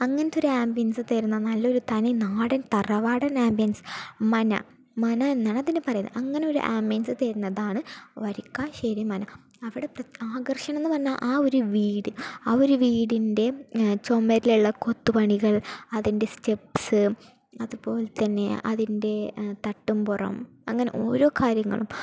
അങ്ങനത്തെ ഒരാമ്പിയൻസ് തരുന്ന നല്ല ഒരു തനിനാടൻ തറവാടൻ ആമ്പിയൻസ് മന മന എന്നാണ് അതിന് പറയുന്നത് അങ്ങനെ ഒരു ആമ്പിയൻസ് തരുന്നതാണ് വരിക്കാശേരി മന അവിടത്തെ ആകർഷണം എന്ന് പറഞ്ഞാൽ ആ ഒരു വീട് ആ ഒരു വീടിൻ്റെ ചുമരിലുള്ള കൊത്തുപണികൾ അതിൻ്റെ സ്റ്റെപ്പ്സ് അതുപോലെതന്നെ അതിൻ്റെ തട്ടിമ്പുറം അങ്ങനെ ഓരോ കാര്യങ്ങളും